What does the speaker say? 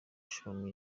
show